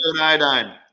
iodine